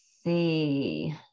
see